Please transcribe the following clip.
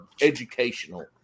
educational